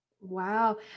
Wow